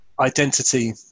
identity